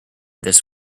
this